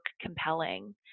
compelling